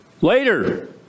Later